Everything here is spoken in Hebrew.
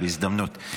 בהזדמנות.